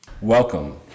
Welcome